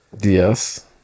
Yes